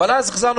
אז יאללה.